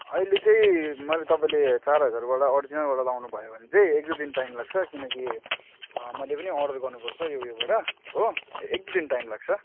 अहिले चाहिँ मलाई तपाईँले चार हजारवाला ओरिजिनलवाला लगाउनु भयो भने चाहिँ एकदुई दिन टाइम लाग्छ किनकि मैले पनि अर्डर गर्नुपर्छ यो उयोबाट हो एकदुई दिन टाइम लाग्छ